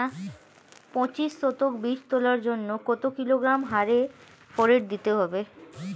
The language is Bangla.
পঁচিশ শতক বীজ তলার জন্য কত কিলোগ্রাম হারে ফোরেট দিতে হবে?